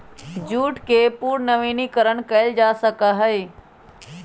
jute के पुनर्नवीनीकरण कइल जा सका हई